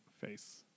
face